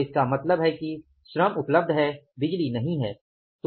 तो इसका मतलब है कि श्रम उपलब्ध है बिजली नहीं है